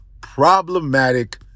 problematic